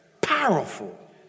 Powerful